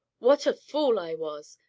what a fool i was!